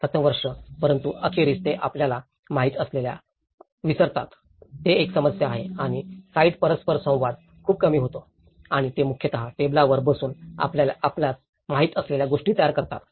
प्रथम वर्ष परंतु अखेरीस ते आपल्याला माहित असलेल्या विसरतात ही एक समस्या आहे आणि साइट परस्पर संवाद खूप कमी होते आणि ते मुख्यतः टेबलावर बसून आपल्यास माहित असलेल्या गोष्टी तयार करतात